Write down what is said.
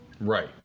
right